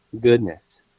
goodness